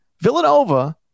Villanova